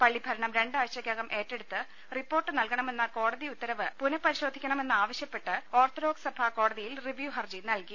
പള്ളി ഭരണം രണ്ടാഴ്ചക്കകം ഏറ്റെടുത്ത് റിപ്പോർട്ട് നൽകണമെന്ന കോടതി ഉത്തരവ് പുനപരിശോധിക്കണമെന്നാവശ്യപ്പെട്ട് ഓർത്തഡോക്സ് സഭ കോടതിയിൽ റിവ്യൂ ഹർജി നൽകി